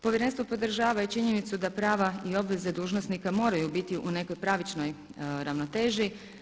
Povjerenstvo podržava i činjenicu da prava i obveze dužnosnika moraju biti u nekoj pravičnoj ravnoteži.